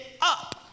up